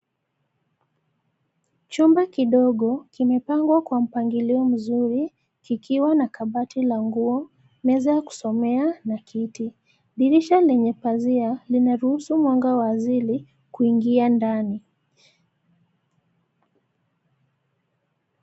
Chumba kidogo kimepangwa kwa mpangilio mzuri, kikiwa na kabati la nguo, meza ya kusomea na kiti. Dirisha lenye pazia, linaruhusu mwanga wa asili kuingia ndani.